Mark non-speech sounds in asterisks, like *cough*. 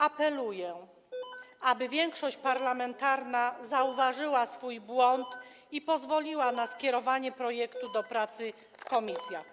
Apeluję, *noise* aby większość parlamentarna zauważyła swój błąd i pozwoliła na skierowanie projektu do pracy w komisjach.